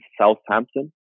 Southampton